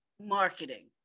marketing